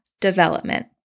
development